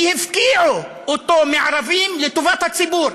כי הפקיעו אותו מהערבים לטובת הציבור.